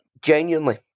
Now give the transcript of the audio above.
genuinely